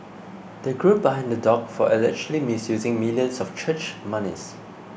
the group are in the dock for allegedly misusing millions of church monies